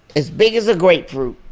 as big as a grapefruit.